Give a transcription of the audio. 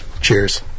Cheers